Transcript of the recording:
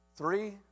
Three